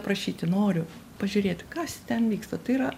prašyti noriu pažiūrėti kas ten vyksta tai yra